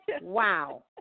Wow